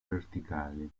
verticali